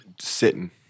Sitting